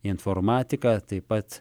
informatika taip pat